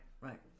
Right